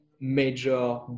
major